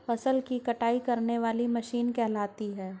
फसल की कटाई करने वाली मशीन कहलाती है?